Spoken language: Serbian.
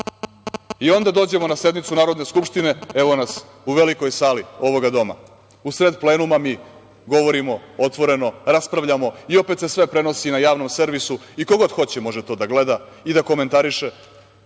imate. Onda dođemo na sednicu Narodne skupštine, evo nas u velikoj sali ovoga doma, usred plenuma, mi govorimo otvoreno, raspravljamo i opet se sve prenosi na javnom servisu i ko god hoće može to da gleda i da komentariše.